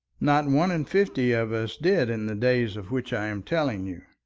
not one in fifty of us did in the days of which i am telling you.